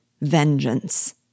Vengeance